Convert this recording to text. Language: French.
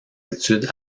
études